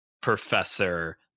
professor